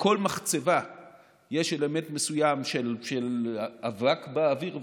בכל מחצבה יש אלמנט מסוים של אבק באוויר וכו'.